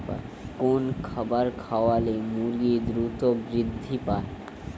কোন খাবার খাওয়ালে মুরগি দ্রুত বৃদ্ধি পায়?